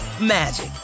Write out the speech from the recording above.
magic